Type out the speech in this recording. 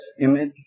image